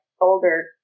older